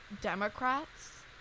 democrats